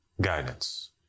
guidance